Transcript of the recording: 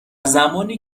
زمانی